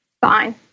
fine